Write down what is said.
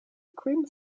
cream